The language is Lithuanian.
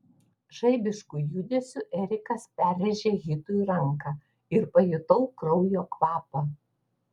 žaibišku judesiu erikas perrėžė hitui ranką ir pajutau kraujo kvapą